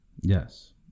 Yes